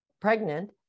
pregnant